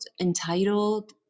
entitled